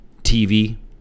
TV